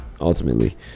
ultimately